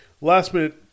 last-minute